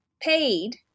paid